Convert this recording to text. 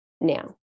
now